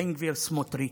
בן גביר, סמוטריץ',